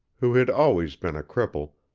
who had always been a cripple,